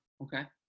okay